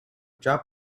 drop